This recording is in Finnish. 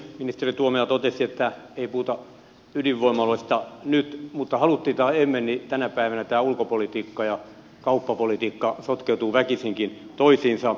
ministeri tuomioja totesi että ei puhuta ydinvoimaloista nyt mutta halusimme tai emme tänä päivänä ulkopolitiikka ja kauppapolitiikka sotkeutuvat väkisinkin toisiinsa